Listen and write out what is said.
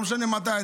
לא משנה מתי,